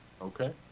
Okay